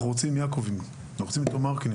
אנחנו רוצים "יעקבים", אנחנו רוצים "תומרקנים",